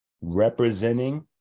representing